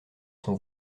son